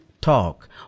talk